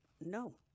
no